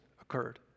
occurred